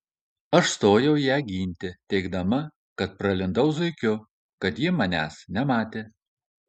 aš stojau ją ginti teigdama kad pralindau zuikiu kad jį manęs nematė